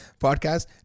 podcast